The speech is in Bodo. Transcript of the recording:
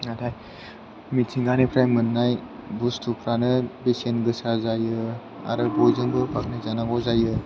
नाथाय मिथिंगानिफ्राय मोननाय बुस्तुफ्रानो बेसेनगोसा जायो आरो बयजोंबो बाखनाय जानांगौ जायो